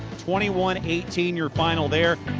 twenty one eighteen your final there.